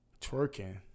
Twerking